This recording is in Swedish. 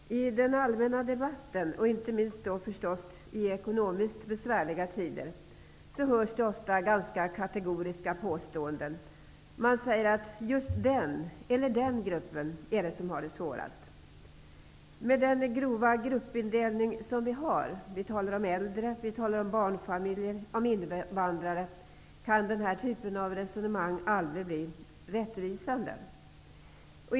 Fru talman! I den allmänna debatten, och då inte minst i ekonomiskt besvärliga tider, hörs det ganska ofta kategoriska påståenden. Man säger att just den eller den gruppen har det svårast. Med den grova gruppindelning som sker -- vi talar om äldre, barnfamiljer och invandrare -- kan denna typ av resonemang aldrig bli rättvisande.